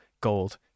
gold